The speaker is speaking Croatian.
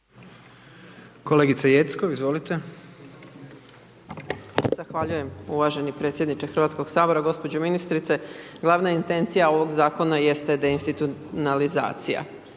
Dragana (SDSS)** Zahvaljujem uvaženi predsjedniče Hrvatskog sabora. Gospođo ministrice, glavna intencija ovog zakona jeste deinstitucionalizacija.